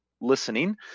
listening